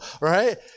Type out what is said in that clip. right